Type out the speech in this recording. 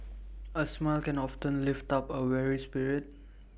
A smile can often lift up A weary spirit